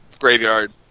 Graveyard